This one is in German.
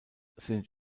sind